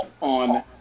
on